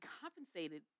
compensated